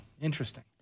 interesting